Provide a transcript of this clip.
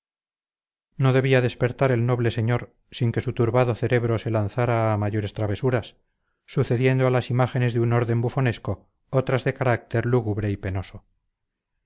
no debía despertar el noble señor sin que su turbado cerebro se lanzara a mayores travesuras sucediendo a las imágenes de un orden bufonesco otras de carácter lúgubre y penoso